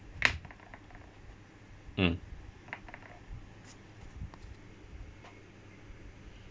mm